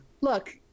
look –